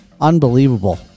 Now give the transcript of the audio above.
unbelievable